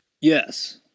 yes